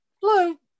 blue